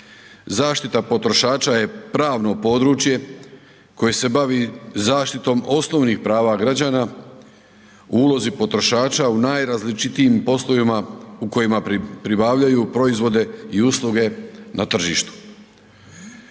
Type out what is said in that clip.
Zaštita potrošača je pravno područje koje se bavi zaštitom osnovnih prava građana u ulozi potrošača u najrazličitijim poslovima u kojima pribavljaju proizvode i usluge na tržištu.